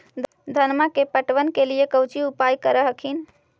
धनमा के पटबन के लिये कौची उपाय कर हखिन?